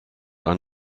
are